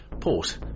Port